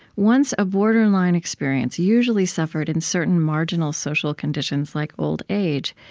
once a borderline experience, usually suffered in certain marginal social conditions like old age,